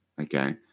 Okay